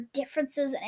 differences